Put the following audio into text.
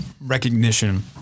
recognition